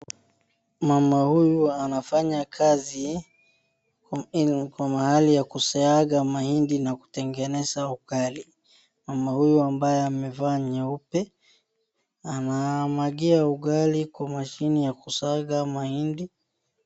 Mama huyu anaanya kazi kwa mahali ya kusiaga mahindi na utengeneza ugali, maam huyu ambaye amevaa nyeupe anamwagia ugali kwa mashini ya kusaga mahindi.